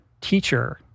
teacher